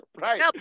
right